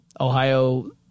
Ohio